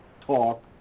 talk